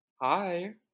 Hi